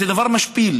זה דבר משפיל.